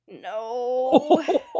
no